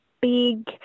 big